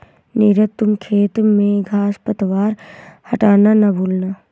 नीरज तुम खेत में घांस पतवार हटाना ना भूलना